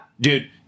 dude